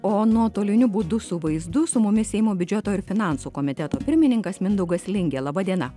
o nuotoliniu būdu su vaizdu su mumis seimo biudžeto ir finansų komiteto pirmininkas mindaugas lingė laba diena